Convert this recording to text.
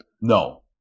no